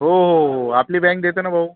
हो हो हो हो आपली बॅंक देते ना भाऊ